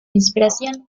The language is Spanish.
inspiración